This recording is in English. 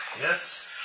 Yes